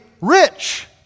rich